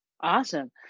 Awesome